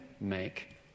make